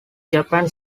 japan